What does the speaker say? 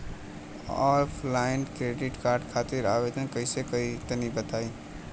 Offline credit card खातिर आवेदन कइसे करि तनि बताई?